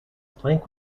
plank